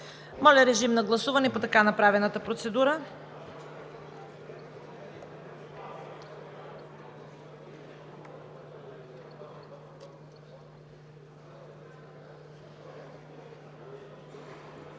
Моля, режим на гласуване по така направената процедура.